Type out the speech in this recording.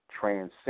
transcend